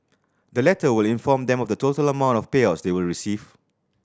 the letter will inform them of the total amount of payouts they will receive